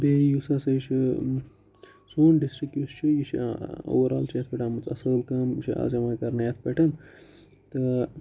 بیٚیہِ یُس ہَسا یہِ چھُ سون ڈِسٹرک یُس چھُ یہِ چھُ اووَرآل چھُ یَتھ پیٚٹھ آمٕژ اَصل کٲم چھِ آز یِوان کَرنہٕ یَتھ پیٚٹھ تہٕ